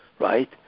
right